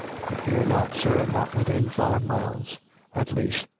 i fear not, sir, not within five miles at least,